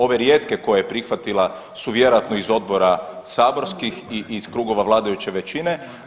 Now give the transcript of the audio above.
Ove rijetke koje je prihvatila su vjerojatno iz odbora saborskih i iz krugova vladajuće većine.